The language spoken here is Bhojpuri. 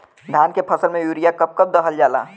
धान के फसल में यूरिया कब कब दहल जाला?